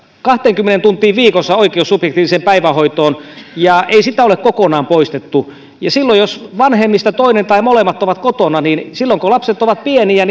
kahteenkymmeneen tuntiin viikossa oikeus subjektiiviseen päivähoitoon ei sitä ole kokonaan poistettu ja silloin jos vanhemmista toinen tai molemmat ovat kotona kun lapset ovat pieniä